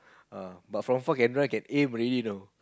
uh but from far can drive can aim already you know